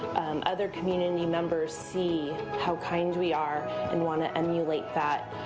other community members see how kind we are and wanna emulate that